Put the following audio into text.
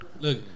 Look